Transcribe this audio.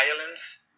violence